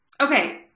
Okay